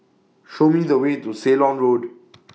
Show Me The Way to Ceylon Road